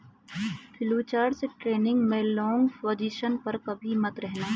futures trading में long position पर कभी मत रहना